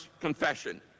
confession